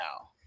now